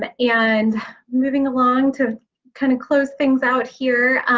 but and moving along to kind of close things out here,